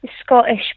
Scottish